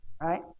Right